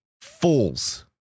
Fools